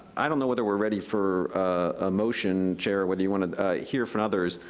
i don't know whether we're ready for a motion, chair, whether you want to hear from others.